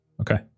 Okay